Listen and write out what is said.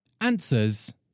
Answers